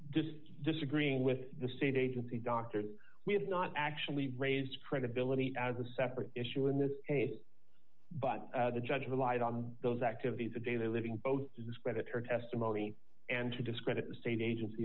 just disagreeing with the say the agency doctor that we have not actually raised credibility as a separate issue in this case but the judge relied on those activities of daily living both to discredit her testimony and to discredit the state agency